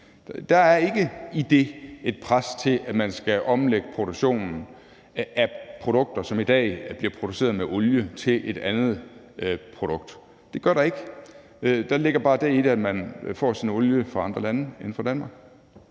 Der er ikke i det et pres til, at man skal omlægge produktionen af produkter, som i dag bliver produceret med olie, til et andet produkt. Det gør der ikke. Der ligger bare det i det, at man får sin olie fra andre lande end fra Danmark.